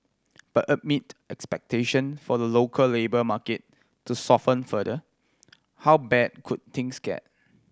but amid expectation for the local labour market to soften further how bad could things get